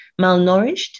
malnourished